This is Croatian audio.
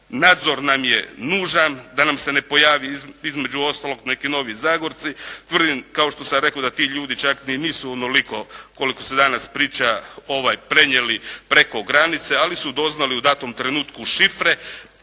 Nadzor nam je nužan da nam se ne pojavi između ostaloga neki novi "Zagorci". Tvrdim kao što sam rekao da ti ljudi čak ni nisu onoliko koliko se danas priča prenijeli preko granice, ali su doznali u datom trenutku šifre